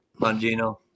Mangino